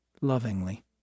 lovingly